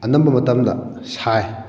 ꯑꯅꯝꯕ ꯃꯇꯝꯗ ꯁꯥꯏ